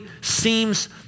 seems